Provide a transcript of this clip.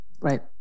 Right